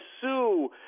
sue